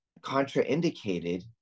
contraindicated